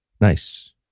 Nice